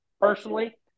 Personally